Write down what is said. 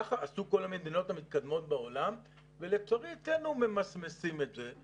כך עשו כל המדינות המתקדמות בעולם ולצערי כאן ממסמסים את זה.